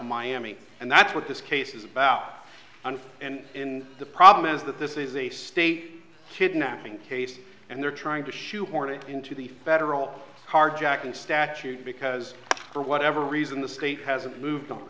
in miami and that's what this case is about and in the problem is that this is a state kidnapping case and they're trying to shoehorn it into the federal carjacking statute because for whatever reason the state hasn't moved